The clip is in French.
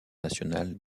nationale